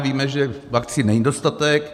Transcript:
Víme, že vakcín není dostatek.